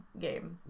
game